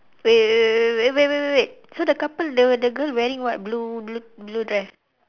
wait wait wait wait wait wait eh wait wait wait wait so the couple the the girl wearing what blue blue blue dress